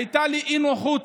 הייתה לי אי-נוחות